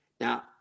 Now